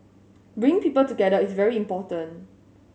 bring people together is very important